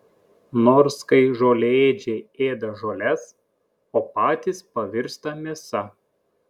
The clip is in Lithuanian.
nors kai žolėdžiai ėda žoles o patys pavirsta mėsa